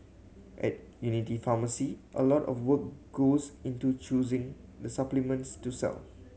at Unity Pharmacy a lot of work goes into choosing the supplements to sell